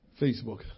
Facebook